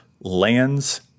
lands